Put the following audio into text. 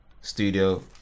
studio